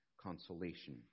consolation